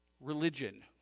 religion